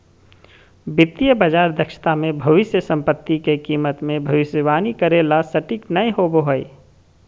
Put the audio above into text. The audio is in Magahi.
वित्तीय बाजार दक्षता मे भविष्य सम्पत्ति के कीमत मे भविष्यवाणी करे ला सटीक नय होवो हय